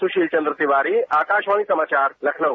सुशील चन्द्र तिवारी आकाशवाणी समाचार लखनऊ